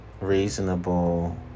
...reasonable